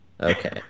Okay